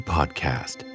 Podcast